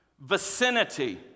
vicinity